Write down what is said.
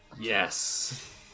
Yes